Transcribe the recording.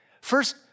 first